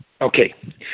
Okay